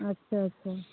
अच्छा अच्छा